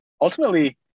ultimately